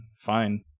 Fine